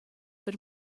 per